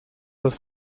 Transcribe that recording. los